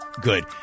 good